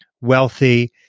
wealthy